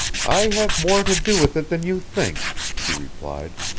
i have more to do with it than you think, she replied.